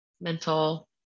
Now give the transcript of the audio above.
mental